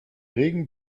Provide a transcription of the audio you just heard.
regen